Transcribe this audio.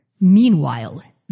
Meanwhile